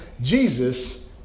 Jesus